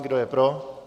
Kdo je pro?